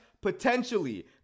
potentially